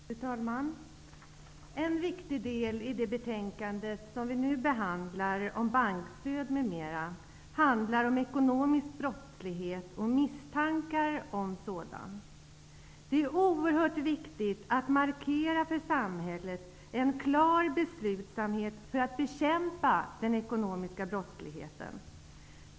Fru talman! En viktig del av det betänkande om bankstöd m.m. som vi nu behandlar gäller ekonomisk brottslighet och misstankar om sådan. Det är oerhört viktigt att samhället markerar en klar beslutsamhet när det gäller att bekämpa den ekonomiska brottsligheten.